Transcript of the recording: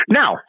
now